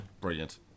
brilliant